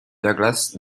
douglas